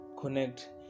connect